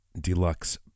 deluxe